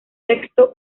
texto